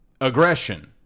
Aggression